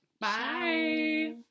bye